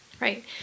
right